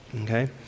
okay